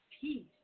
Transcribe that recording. peace